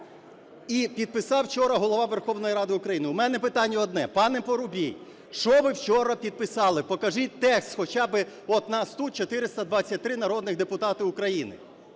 і підписав вчора Голова Верховної Ради України. У мене питання одне: пане Парубій, що ви вчора підписали? Покажіть текст хоча би. От нас тут 423 народних депутати України.